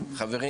עוני.